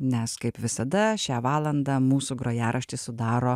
nes kaip visada šią valandą mūsų grojaraštį sudaro